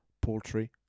poultry